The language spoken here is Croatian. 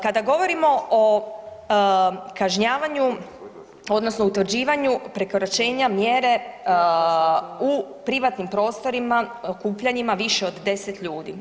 Kada govorimo o kažnjavanju odnosno utvrđivanju prekoračenja mjere u privatnim prostorima okupljanjima više od 10 ljudi.